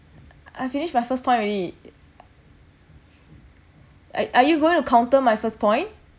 I finish my first point already ar~ are you going to counter my first point